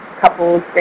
couples